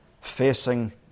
facing